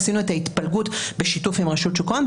עשינו את ההתפלגות בשיתוף עם רשות שוק ההון,